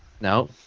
No